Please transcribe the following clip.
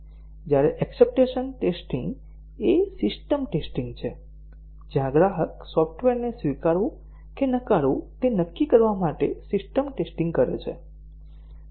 જ્યારે acceptance testing એ system testing છે જ્યાં ગ્રાહક સોફ્ટવેરને સ્વીકારવું કે નકારવું તે નક્કી કરવા માટે સિસ્ટમ ટેસ્ટીંગ કરે છે